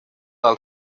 del